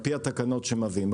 על פי התקנות שמביאים,